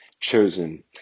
chosen